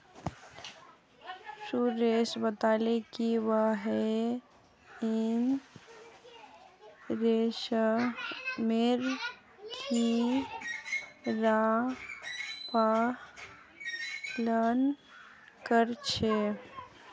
सुरेश बताले कि वहेइं रेशमेर कीड़ा पालन कर छे